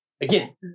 Again